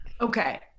okay